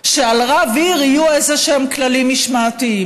שעל רב עיר יהיו איזשהם כללים משמעתיים,